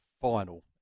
final